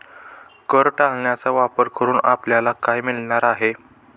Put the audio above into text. कर टाळण्याचा वापर करून आपल्याला काय मिळणार आहे?